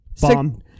Bomb